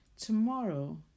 Tomorrow